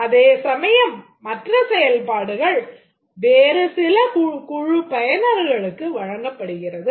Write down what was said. அதே சமயம் மற்ற செயல்பாடுகள் வேறு சில குழுப் பயனர்களுக்கு வழங்கப்படுகிறது